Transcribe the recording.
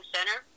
Center